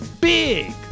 Big